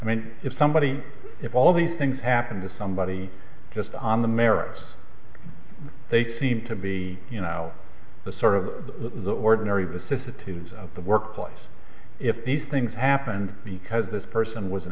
i mean if somebody if all of these things happened to somebody just on the merits they seem to be you know the sort of the ordinary vicissitudes of the workplace if these things happened because this person was an